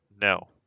No